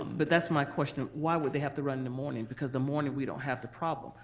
but that's my question. why would they have to run in the morning? because the morning, we don't have the problem.